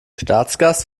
staatsgast